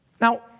Now